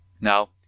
Now